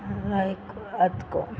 लायक आत को